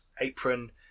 apron